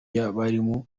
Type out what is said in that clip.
y’abarimu